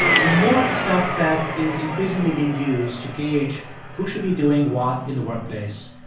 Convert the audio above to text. and more the stuff that is increasingly being used to gauge who should be doing what in the workplace,